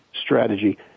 strategy